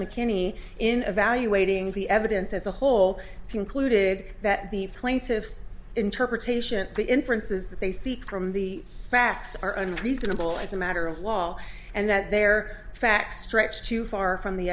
mckinney in evaluating the evidence as a whole concluded that the plaintiff's interpretation the inferences that they seek from the facts are unreasonable as a matter of law and that their facts stretch too far from the